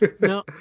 No